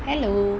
hello